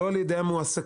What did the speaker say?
לא על ידי המועסקים.